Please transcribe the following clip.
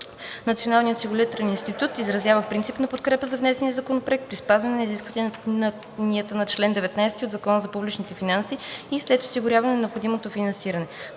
Националният осигурителен институт изразява принципна подкрепа за внесения законопроект при спазване изискванията на чл. 19 от Закона за публичните финанси и след осигуряване на необходимото финансиране.